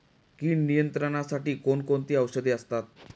कीड नियंत्रणासाठी कोण कोणती औषधे असतात?